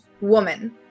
woman